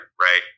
right